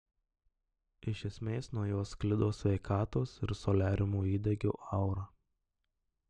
iš esmės nuo jos sklido sveikatos ir soliariumo įdegio aura